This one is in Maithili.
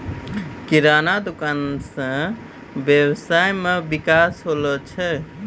किराना दुकान से वेवसाय मे विकास होलो छै